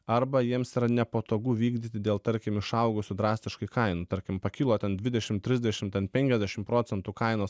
arba jiems yra nepatogu vykdyti dėl tarkim išaugusių drastiškai kainų tarkim pakilo ten dvidešim trisdešim ten penkiasdešim procentų kainos